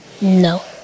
no